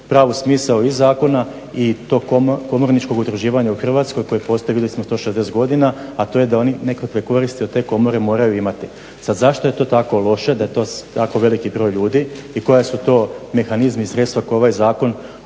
pravi smisao i zakona i to komorničkog udruživanja u Hrvatskoj koji postoji vidjeli smo 160 godina, a to je da oni nekakve koristi od te komore moraju imati. Sad zašto je to tako loše da je to tako veliki broj ljudi i koji su to mehanizmi i sredstva koja ovaj zakon